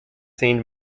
seen